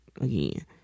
again